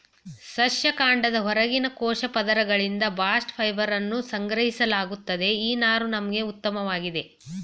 ಸಸ್ಯ ಕಾಂಡದ ಹೊರಗಿನ ಕೋಶ ಪದರಗಳಿಂದ ಬಾಸ್ಟ್ ಫೈಬರನ್ನು ಸಂಗ್ರಹಿಸಲಾಗುತ್ತದೆ ಈ ನಾರು ನಮ್ಗೆ ಉತ್ಮವಾಗಿದೆ